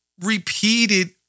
repeated